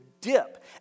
dip